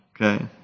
Okay